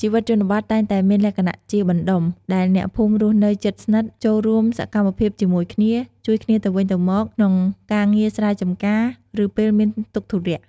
ជីវិតជនបទតែងតែមានលក្ខណៈជាបណ្ដុំ ដែលអ្នកភូមិរស់នៅជិតស្និទ្ធ ចូលរួមសកម្មភាពជាមួយគ្នា ជួយគ្នាទៅវិញទៅមកក្នុងការងារស្រែចម្ការ ឬពេលមានទុក្ខធុរៈ។